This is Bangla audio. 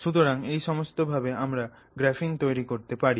সুতরাং এই সমস্ত ভাবে আমরা গ্রাফিন তৈরি করতে পারি